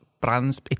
Brand's